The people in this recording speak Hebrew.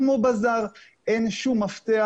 אין שום מפתח